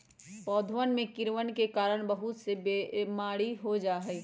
पौधवन में कीड़वन के कारण बहुत से बीमारी हो जाहई